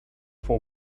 for